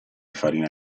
farina